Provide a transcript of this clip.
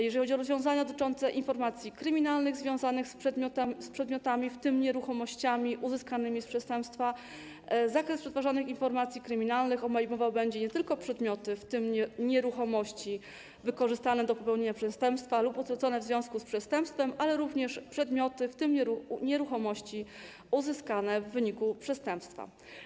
Jeżeli chodzi o rozwiązania dotyczące informacji kryminalnych związanych z przedmiotami, w tym nieruchomościami uzyskanymi z przestępstwa, zakres przetwarzanych informacji kryminalnych obejmował będzie nie tylko przedmioty, w tym nieruchomości, wykorzystane do popełnienia przestępstwa lub utracone w związku z przestępstwem, ale również przedmioty, w tym nieruchomości, uzyskane w wyniku przestępstwa.